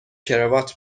کراوات